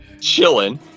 chilling